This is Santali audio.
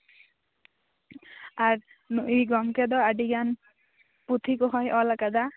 ᱟᱨ ᱱᱩᱭ ᱜᱚᱝᱠᱮ ᱫᱚ ᱟᱹᱰᱤ ᱜᱟᱱ ᱯᱩᱛᱷᱤ ᱠᱚᱸᱦᱚᱭ ᱚᱞ ᱟᱠᱟᱫᱟ